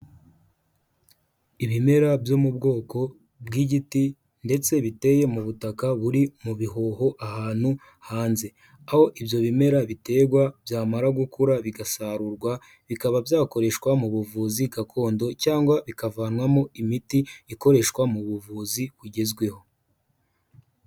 Ibimera byo mu bwoko bw'igiti ndetse biteye mu butaka buri mu bihoho ahantu hanze, aho ibyo bimera biterwa byamara gukura bigasarurwa, bikaba byakoreshwa mu buvuzi gakondo cyangwa bikavanwamo imiti ikoreshwa mu buvuzi kugezweho.